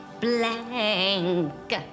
blank